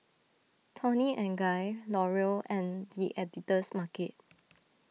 Toni and Guy L'Oreal and the Editor's Market